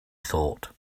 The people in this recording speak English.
thought